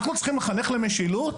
אנחנו צריכים לחנך למשילות?